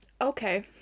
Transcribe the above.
Okay